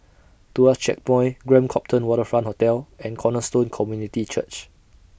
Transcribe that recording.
Tuas Checkpoint Grand Copthorne Waterfront Hotel and Cornerstone Community Church